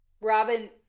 Robin